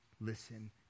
listen